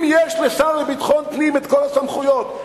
אם יש לשר לביטחון פנים את כל הסמכויות,